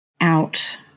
out